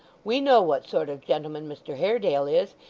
we know what sort of gentleman mr haredale is.